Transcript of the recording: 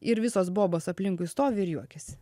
ir visos bobos aplinkui stovi ir juokiasi